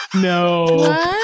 No